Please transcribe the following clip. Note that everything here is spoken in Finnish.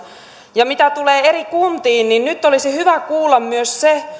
ja mitä tulee eri kuntiin niin nyt olisi hyvä kuulla myös se